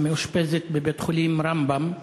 המאושפזת בבית-החולים רמב"ם.